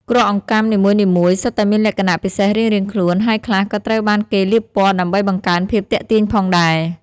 គ្រាប់អង្កាំនីមួយៗសុទ្ធតែមានលក្ខណៈពិសេសរៀងៗខ្លួន ហើយខ្លះក៏ត្រូវបានគេលាបពណ៌ដើម្បីបង្កើនភាពទាក់ទាញផងដែរ។